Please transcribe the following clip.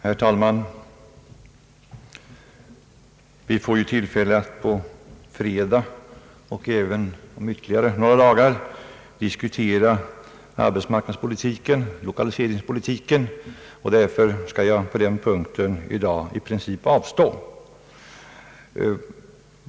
Herr talman! Vi får tillfälle att på fredag och även några dagar senare diskutera arbetsmarknadsoch lokaliseringspolitiken, och därför skall jag på den punkten i princip avstå från att säga något.